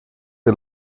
ihr